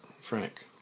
Frank